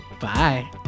Bye